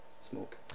smoke